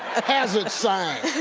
hazard sign!